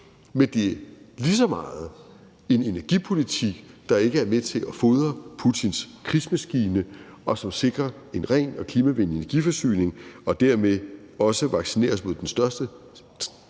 men det er lige så meget en energipolitik, der ikke er med til at fodre Putins krigsmaskine, og som sikrer en ren og klimavenlig energiforsyning, og som dermed også vaccinerer os mod den største